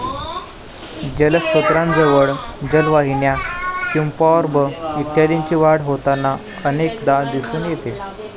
जलस्त्रोतांजवळ जलवाहिन्या, क्युम्पॉर्ब इत्यादींची वाढ होताना अनेकदा दिसून येते